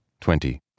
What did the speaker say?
twenty